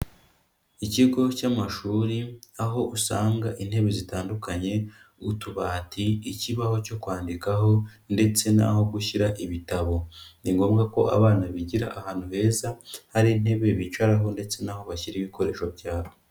Ikigo cy'amashuri aho usanga intebe zitandukanye utubati, ikibaho cyo kwandikaho ndetse'aho gushyira ibitabo, ni ngombwa ko abana bigira ahantu heza hari intebe bicaraho ndetse n'aho bashyira ibikoresho byabo.